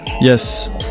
Yes